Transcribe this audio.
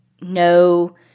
no